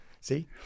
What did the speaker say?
See